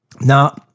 Now